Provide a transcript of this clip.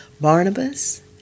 Barnabas